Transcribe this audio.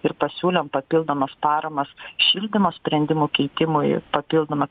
ir pasiūlėm papildomas paramas šildymo sprendimų keitimui papildomą